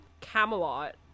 Camelot